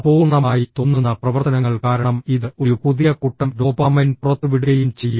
അപൂർണ്ണമായി തോന്നുന്ന പ്രവർത്തനങ്ങൾ കാരണം ഇത് ഒരു പുതിയ കൂട്ടം ഡോപാമൈൻ പുറത്തുവിടുകയും ചെയ്യും